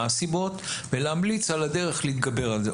הסיבות ולהמליץ על הדרך להתגבר על זה.